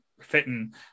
fitting